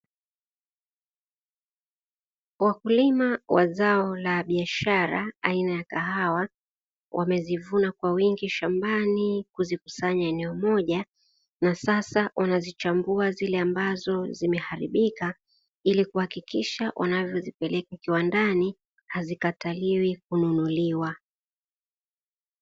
Wakulima wa zao la biashara aina ya kahawa wamezivuna kwa wingi shambani kuzikusanya eneo moja na sasa wanazichambua zile ambazo zimeharibika ili kuhakikisha wanavyozipeleka kiwandani hazikataliwi kununuliwa.